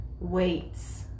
weights